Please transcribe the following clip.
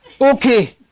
okay